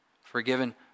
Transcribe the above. Forgiven